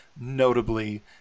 notably